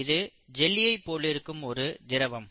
இது ஜெல்லியை போலிருக்கும் ஒரு திரவம்